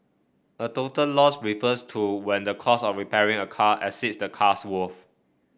a total loss refers to when the cost of repairing a car exceeds the car's worth